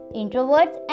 introverts